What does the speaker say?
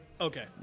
Okay